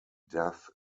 death